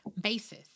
basis